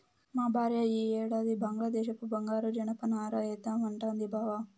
మా భార్య ఈ ఏడాది బంగ్లాదేశపు బంగారు జనపనార ఏద్దామంటాంది బావ